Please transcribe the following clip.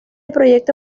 proyecto